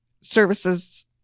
services